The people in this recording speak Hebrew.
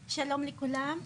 לכולם,